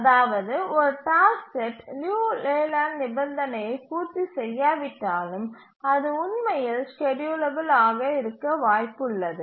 அதாவது ஒரு task set Liu Layland நிபந்தனையை பூர்த்தி செய்யாவிட்டாலும் அது உண்மையில் ஸ்கேட்யூலபில் ஆக இருக்க வாய்ப்பு உள்ளது